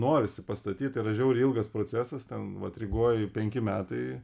norisi pastatyt yra žiauriai ilgas procesas ten vat rygoj penki metai